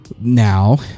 now